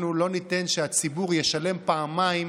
אנחנו לא ניתן שהציבור ישלם פעמיים